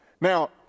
Now